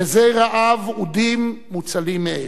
מזי רעב, אודים מוצלים מאש.